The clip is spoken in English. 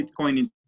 Bitcoin